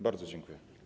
Bardzo dziękuję.